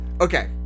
Okay